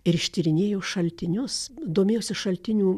ir ištyrinėjo šaltinius domėjosi šaltinių